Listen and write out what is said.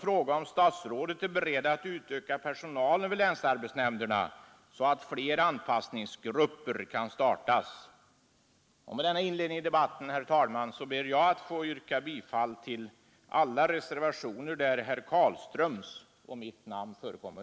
Är statsrådet beredd att utöka personalen vid länsarbetsnämnderna, så att fler anpassningsgrupper kan startas? Med denna inledning av debatten, herr talman, ber jag att få yrka bifall till alla reservationer där herr Carlströms och mitt namn förekommer.